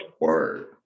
Word